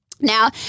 Now